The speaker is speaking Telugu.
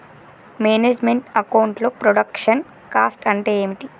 మేనేజ్ మెంట్ అకౌంట్ లో ప్రొడక్షన్ కాస్ట్ అంటే ఏమిటి?